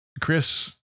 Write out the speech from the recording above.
chris